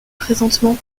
présentement